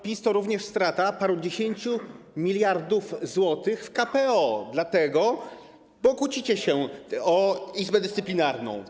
PiS to również strata parudziesięciu miliardów złotych w KPO, dlatego że kłócicie się o izbę dyscyplinarną.